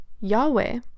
Yahweh